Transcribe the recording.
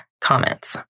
comments